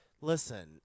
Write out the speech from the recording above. Listen